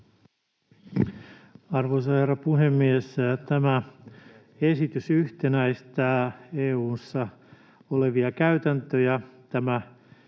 Arvoisa herra puhemies! Tämä esitys yhtenäistää EU:ssa olevia käytäntöjä.